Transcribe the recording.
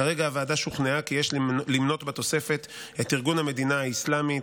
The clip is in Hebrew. כרגע הוועדה שוכנעה כי יש למנות בתוספת את ארגון המדינה האסלאמית,